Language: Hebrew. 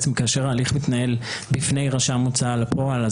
כאשר ההליך מתנהל בפני רשם הוצאה לפועל,